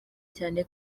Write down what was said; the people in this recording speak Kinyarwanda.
cyane